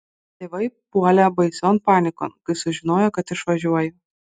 tėvai puolė baision panikon kai sužinojo kad išvažiuoju